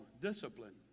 discipline